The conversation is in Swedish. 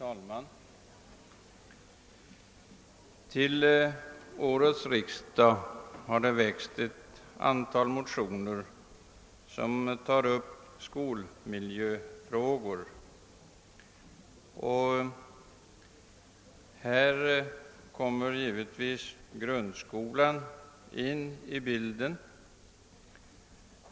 Herr talman! Vid årets riksdag har väckts ett antal motioner, där skolmiljöfrågor tas upp. Här kommer givetvis grundskolan in i bilden.